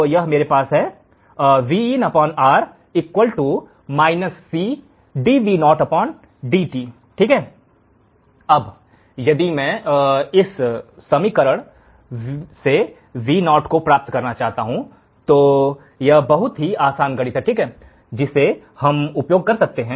मेरे पास है यदि मैं इस समीकरण से Vo को प्राप्त करना चाहता हूं तो यह बहुत ही आसान गणित है जिसे हम उपयोग कर सकते हैं